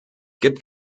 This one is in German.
gibt